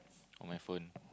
on my phone